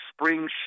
spring